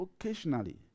occasionally